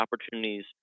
opportunities